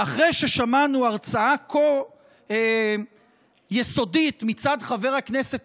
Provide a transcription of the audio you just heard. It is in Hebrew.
ואחרי ששמענו הרצאה כה יסודית מצד חבר הכנסת